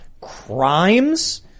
crimes